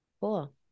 Cool